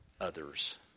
others